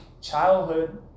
childhood